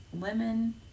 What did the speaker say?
lemon